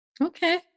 Okay